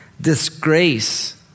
disgrace